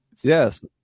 yes